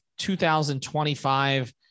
2025